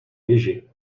léger